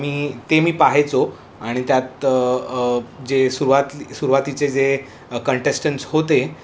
मी ते मी पाहायचो आणि त्यात जे सुरुवात सुरुवातीचे जे कंटेस्टंट होते